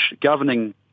governing